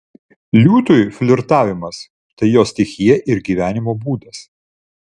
liūtui flirtavimas tai jo stichija ir gyvenimo būdas